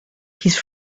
his